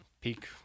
peak